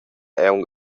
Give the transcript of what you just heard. aunc